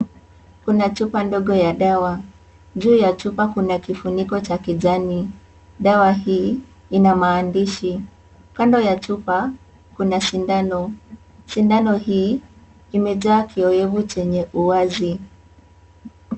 Kuna chupa ndogo ya dawa, juu ya chupa Kuna kifuniko cha kijani. Dawa hii ina maandishi. Kando ya chupa, Kuna sindano, sindano hii imejaa kiowevu chenye uwazi.